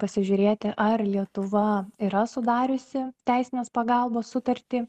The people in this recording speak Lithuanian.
pasižiūrėti ar lietuva yra sudariusi teisinės pagalbos sutartį